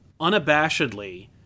unabashedly